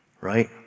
right